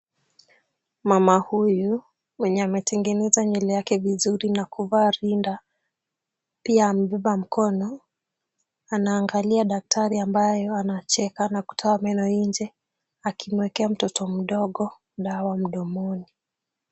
Mama huyu mwenye ametengeneza nywele yake vizuri na kuvaa linda, pia amebeba mkono, anaangalia daktari ambayo anacheka na kutoa meno nje akimuekea mtoto mdogo dawa mdomoni.